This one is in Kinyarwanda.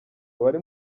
abari